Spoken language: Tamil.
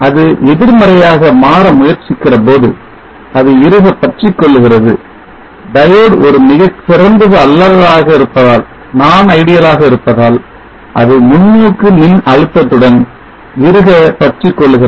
அது எதிர்மறையாக மாற முயற்சிக்கிற போது அது இறுகப் பற்றிக் கொள்கிறது diode ஒரு மிகச் சிறந்தது அல்லாததாக இருப்பதால் அது முன்னோக்கு மின் அழுத்தத்துடன் இறுகப் பற்றிக் கொள்கிறது